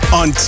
on